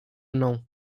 mną